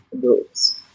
groups